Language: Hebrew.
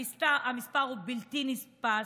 המספר הוא בלתי נתפס.